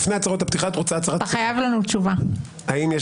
את רוצה הצהרת פתיחה לפני הצהרות הפתיחה?